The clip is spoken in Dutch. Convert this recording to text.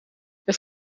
het